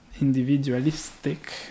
individualistic